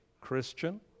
Christian